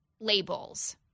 labels